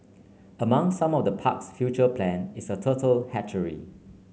among some of the park's future plan is a turtle hatchery